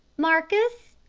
marcus,